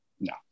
No